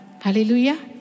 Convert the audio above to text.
Hallelujah